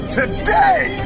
today